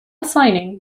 signing